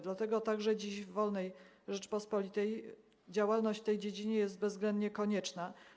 Dlatego także dziś, w wolnej Rzeczypospolitej, działalność w tej dziedzinie jest bezwzględnie konieczna.